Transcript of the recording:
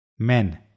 men